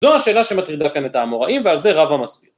זו השאלה שמטרידה כאן את האמוראים ועל זה רבא מסביר.